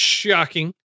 Shocking